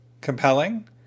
compelling